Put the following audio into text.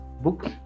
books